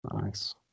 Nice